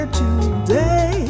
today